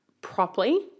properly